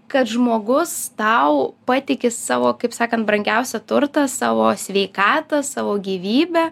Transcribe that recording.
kad žmogus tau patiki savo kaip sakant brangiausią turtą savo sveikatą savo gyvybę